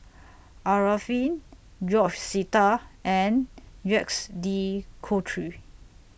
Arifin George Sita and Jacques De Coutre